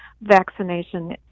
vaccination